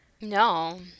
no